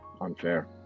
unfair